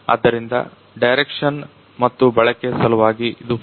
ಆದ್ದರಿಂದ ಡೈರೆಕ್ಷನ್ ಮತ್ತು ಬಳಕೆ ಸಲುವಾಗಿ ಇದು ಫೋರ್ಸ ಭಾಗವನ್ನು ನಮಗೆ ನೀಡುತ್ತದೆ